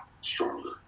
stronger